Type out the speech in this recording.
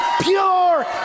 pure